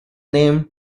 named